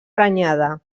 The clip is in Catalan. prenyada